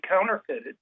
counterfeited